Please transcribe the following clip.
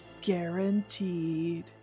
Guaranteed